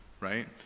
right